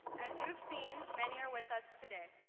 as you have seen, many are with us today.